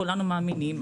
כולנו מאמינים,